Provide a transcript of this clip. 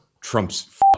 Trump's